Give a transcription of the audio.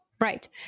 Right